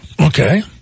Okay